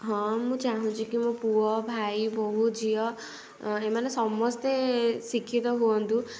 ହଁ ମୁଁ ଚାହୁଁଚି କି ମୋ ପୁଅ ଭାଇ ବହୁ ଝିଅ ଏମାନେ ସମସ୍ତେ ଶିକ୍ଷିତ ହୁଅନ୍ତୁ